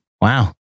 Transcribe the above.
Wow